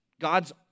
God's